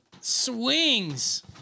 Swings